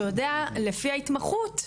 שיודע לפי ההתמחות,